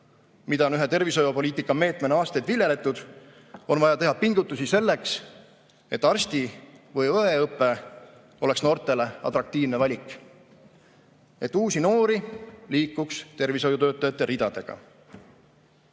mida on ühe tervishoiupoliitika meetmena aastaid viljeletud, on vaja teha pingutusi selleks, et arsti- või õeõpe oleks noortele atraktiivne valik, et uusi noori liituks tervishoiutöötajate ridadega.